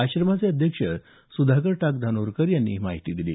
आश्रमाचे अध्यक्ष सुधाकर टाक धानोरकर यांनी ही माहिती दिली